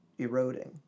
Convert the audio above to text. eroding